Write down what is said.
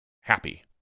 happy